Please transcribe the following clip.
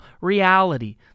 reality